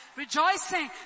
Rejoicing